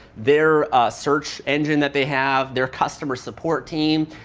their search engine that they have, their customer support team,